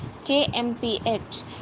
kmph